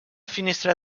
finestra